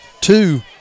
two